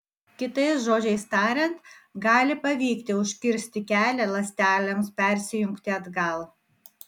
kitais žodžiais tariant gali pavykti užkirsti kelią ląstelėms persijungti atgal